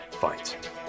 fight